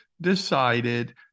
decided